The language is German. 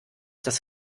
das